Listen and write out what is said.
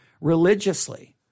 religiously